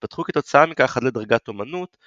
התפתחו כתוצאה מכך עד לדרגת אמנות,